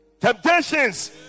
Temptations